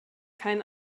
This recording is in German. kein